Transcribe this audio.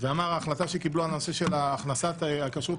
ואמר ההחלטה שקיבלו בנושא של הכנסת הכשרות